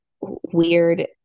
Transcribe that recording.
weird